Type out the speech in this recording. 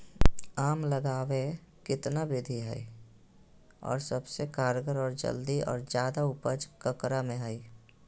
आम लगावे कितना विधि है, और सबसे कारगर और जल्दी और ज्यादा उपज ककरा में है?